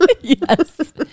Yes